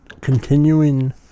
Continuing